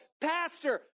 Pastor